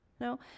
No